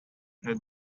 had